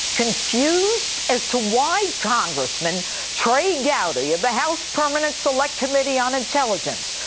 confused as to why congressman trey gowdy of the house permanent select committee on intelligence,